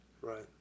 Right